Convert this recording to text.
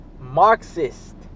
Marxist